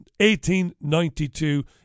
1892